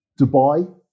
Dubai